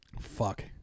Fuck